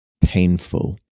painful